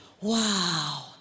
wow